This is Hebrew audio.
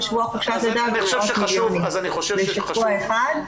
שבוע חופשת לידה זה עשרות מיליונים לשבוע אחד.